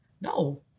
no